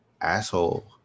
asshole